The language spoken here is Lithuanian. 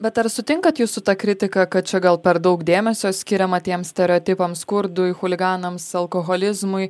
bet ar sutinkat jūs su ta kritika kad čia gal per daug dėmesio skiriama tiems stereotipams skurdui chuliganams alkoholizmui